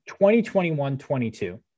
2021-22